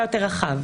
להצבעה.